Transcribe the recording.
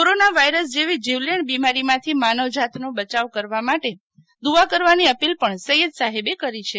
corona virus જેવી જીવલેણ બિમારીમાંથી માનવજાતનો બચાવ કરવા માટે દુવા કરવાની અપીલ પણ સૈયદ સાહેબે કરી છે